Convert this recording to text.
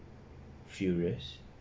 furious